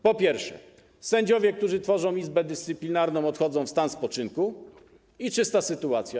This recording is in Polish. Po pierwsze, sędziowie, którzy tworzą Izbę Dyscyplinarną, odchodzą w stan spoczynku i jest czysta sytuacja.